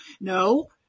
no